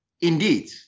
Indeed